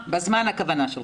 בזמן, הכוונה שלך.